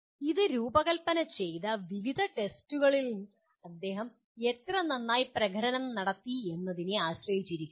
ഇത് രൂപകൽപ്പന ചെയ്ത വിവിധ ടെസ്റ്റുകളിൽ അദ്ദേഹം എത്ര നന്നായി പ്രകടനം നടത്തിയെന്നതിനെ ആശ്രയിച്ചിരിക്കുന്നു